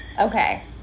Okay